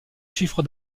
chiffre